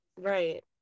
right